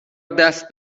دست